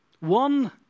One